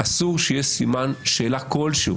אסור שיהיה סימן שאלה כלשהו